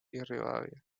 rivadavia